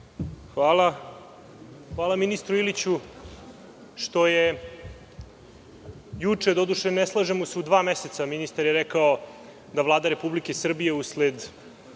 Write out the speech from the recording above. hvala ministru Iliću što je juče, mada se ne slažemo u dva meseca. Ministar je rekao da Vlada Republike Srbije usled